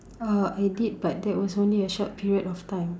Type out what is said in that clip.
uh I did but that was only a short period of time